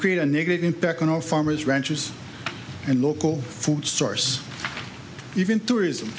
create a negative impact on all farmers ranchers and local food source even tourism